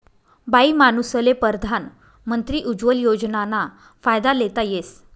बाईमानूसले परधान मंत्री उज्वला योजनाना फायदा लेता येस